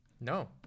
No